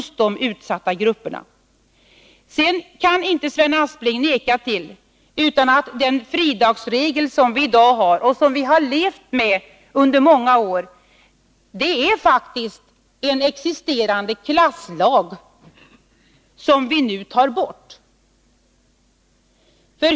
Sven Aspling kan inte neka till att den fridagsregel som vi i dag har, och som vi har levt med under många år, faktiskt är en existerande klasslag, som vi nu tar bort.